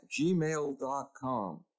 gmail.com